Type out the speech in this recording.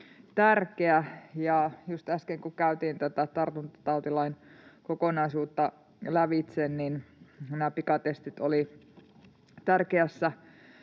ja just äsken kun käytiin tätä tartuntatautilain kokonaisuutta lävitse, niin nämä pikatestit olivat tärkeässä